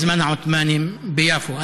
מזמן העות'מאנים ביפו.